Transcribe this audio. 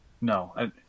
No